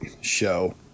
show